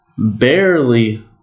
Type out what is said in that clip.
barely